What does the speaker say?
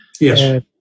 Yes